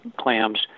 clams